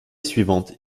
suivante